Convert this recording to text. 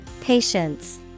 Patience